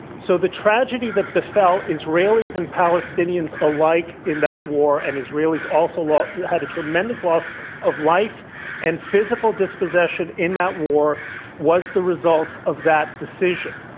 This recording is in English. so, the tragedy that befell israelis and palestinians alike in that war and israelis also and had a tremendous loss of life and physical dispossession in that war was the result of that decision.